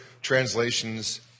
translations